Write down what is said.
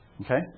Okay